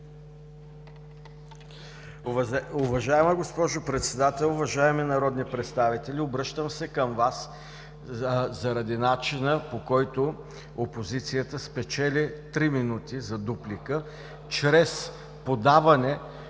Уважаема госпожо Председател, уважаеми народни представители! Обръщам се към Вас заради начина, по който опозицията спечели три минути за дуплика чрез подаване,